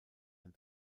und